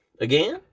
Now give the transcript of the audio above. Again